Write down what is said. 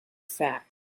facts